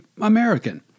American